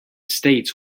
states